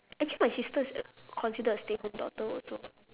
actually my sister is considered a stay home daughter also